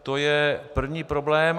To je první problém.